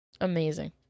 Amazing